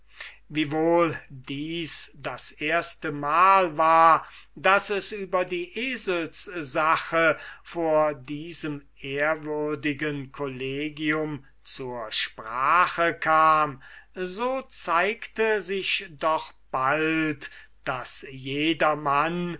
wiewohl dies das erstemal war daß es über die eselssache bei diesem ehrwürdigen collegio zur sprache kam so zeigte sich doch bald daß jedermann